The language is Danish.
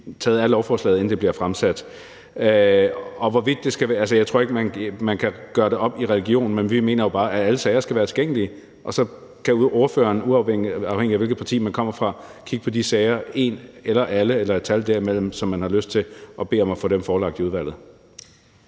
taget af lovforslaget, inden det bliver fremsat. Jeg tror ikke, man kan gøre det op til at handle om religion. Vi mener jo bare, at alle sager skal være tilgængelige, og så kan man, uafhængigt af hvilket parti man kommer fra, kigge på de sager – en af dem, alle eller et tal derimellem – som man har lyst til at få forelagt for udvalget.